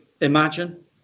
imagine